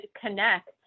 connect